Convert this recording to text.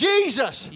Jesus